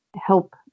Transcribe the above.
help